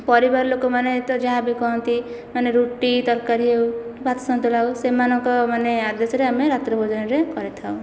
ପରିବାର ଲୋକମାନେ ତ ଯାହା ବି କହନ୍ତି ମାନେ ରୁଟି ତରକାରୀ ହେଉ ଭାତ ସନ୍ତୁଳା ହେଉ ସେମାନଙ୍କ ମାନେ ଆଦେଶରେ ଆମେ ରାତ୍ର ଭୋଜନରେ କରିଥାଉ